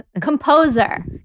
Composer